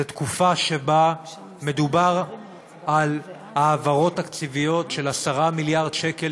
זו תקופה שבה מדובר על העברות תקציביות של 10 מיליארד שקל,